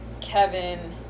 Kevin